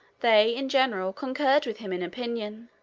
they, in general, concurred with him in opinion.